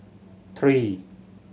three